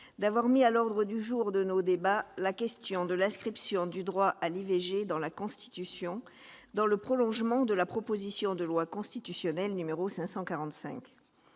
d'avoir mis à l'ordre du jour la question de l'inscription du droit à l'IVG dans la Constitution, dans le prolongement de la proposition de loi constitutionnelle n° 545.